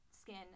skin